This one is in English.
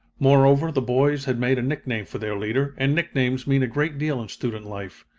moreover, the boys had made a nickname for their leader, and nicknames mean a great deal in student life.